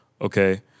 Okay